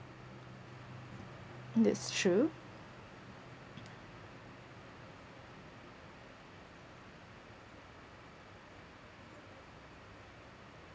that's true